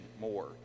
more